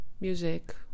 music